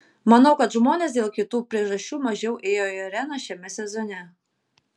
manau kad žmonės dėl kitų priežasčių mažiau ėjo į areną šiame sezone